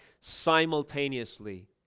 simultaneously